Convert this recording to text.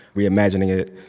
reimagining it.